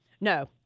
No